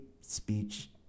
speech